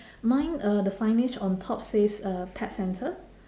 mine uh the signage on top says uh pet centre